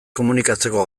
komunikatzeko